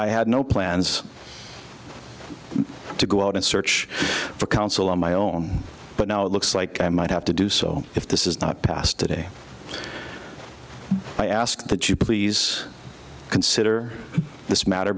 i had no plans to go out and search for counsel on my own but now it looks like i might have to do so if this is not passed today but i ask that you please consider this matter